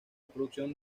producción